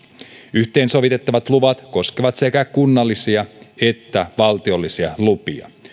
yhteensovitettavat luvat koskevat sekä kunnallisia että valtiollisia lupia